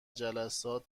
جلسات